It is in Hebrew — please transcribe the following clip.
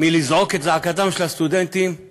מלזעוק את זעקתם של הסטודנטים על